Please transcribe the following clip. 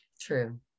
true